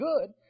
good